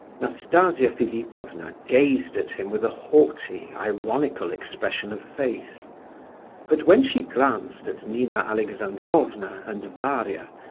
nastasia philipovna gazed at him with a haughty, ironical expression of face but when she glanced at nina alexandrovna and varia,